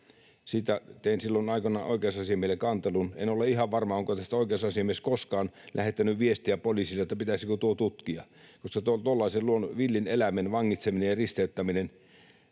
Siitä tein silloin aikanaan oikeusasiamiehelle kantelun. En ole ihan varma, onko oikeusasiamies koskaan lähettänyt viestiä poliisille tästä, pitäisikö tuo tutkia, koska tuollaisen villin eläimen vangitseminen ja risteyttäminen